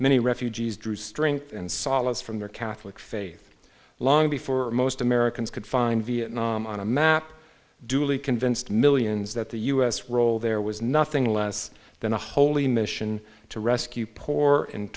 many refugees drew strength and solace from their catholic faith long before most americans could find vietnam on a map duly convinced millions that the us role there was nothing less than a holy mission to rescue poor and